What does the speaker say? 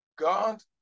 God